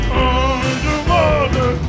underwater